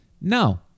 no